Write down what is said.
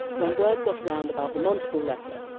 when word got around about the monteagle letter,